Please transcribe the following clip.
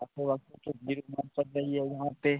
रही है वहाँ पर